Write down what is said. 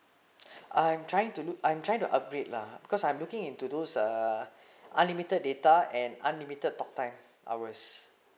I'm trying to look I'm trying to upgrade lah because I'm looking into those uh unlimited data and unlimited talk time hours